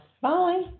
Bye